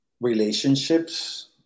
relationships